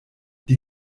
die